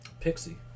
Pixie